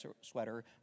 sweater